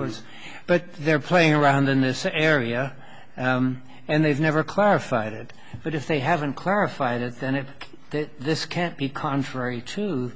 words but they're playing around in this area and they've never clarified it but if they haven't clarified it then it that this can't be contrary to